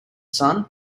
sun